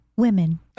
women